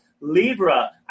Libra